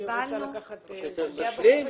שהיא רוצה לקחת סכום?